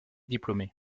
diplômé